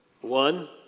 One